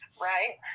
Right